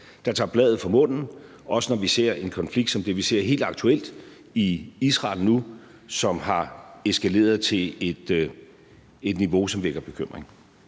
der tager bladet fra munden, også når vi ser en konflikt som den, vi nu helt aktuelt ser i Israel, og som har eskaleret til et niveau, som vækker bekymring.